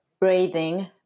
breathing